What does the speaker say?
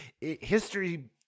history